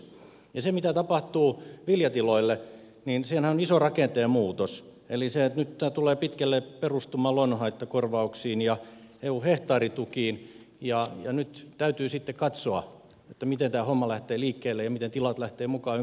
siinä mitä tapahtuu viljatiloille on iso rakenteen muutos eli nyt tämä tulee pitkälle perustumaan luonnonhaittakorvauksiin ja eu hehtaaritukiin ja nyt täytyy sitten katsoa miten tämä homma lähtee liikkeelle ja miten tilat lähtevät mukaan ympäristökorvauksiin